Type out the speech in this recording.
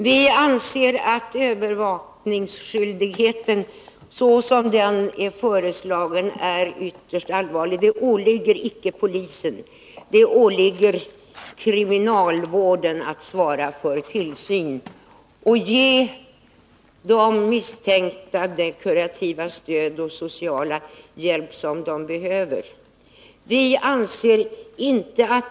Herr talman! Vi anser att förslaget beträffande övervakningsskyldigheten är ytterst olyckligt. Den åligger icke polisen. Det åligger kriminalvården att svara för tillsynen och ge de misstänkta det kurativa stöd och den sociala hjälp som de behöver.